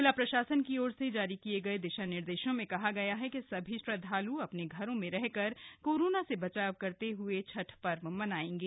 जिला प्रशासन की ओर से जारी किए गए दिशा निर्देशों में कहा गया है कि सभी श्रद्वाल् अपने घरों में रहकर कोरोना से बचाव करते हुए छठ पर्व मनाएंगे